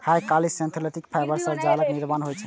आइकाल्हि synthetic fibre सं जालक निर्माण होइ छै